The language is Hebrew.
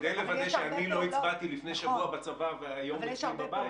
כדי לוודא שאני לא הצבעתי לפני שבוע בצבא והיום מצביע בבית --- נכון.